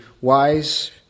wise